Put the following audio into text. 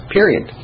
period